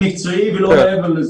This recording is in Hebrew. ולא לאנשים שלי.